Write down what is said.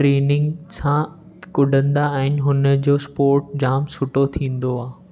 training सां कुॾंदा आहिनि हुनजो स्पोट जाम सुठो थींदो आहे